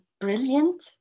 brilliant